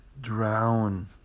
drown